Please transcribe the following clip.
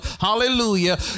Hallelujah